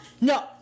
No